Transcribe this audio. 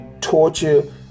torture